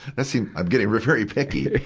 let's see, i'm getting very picky.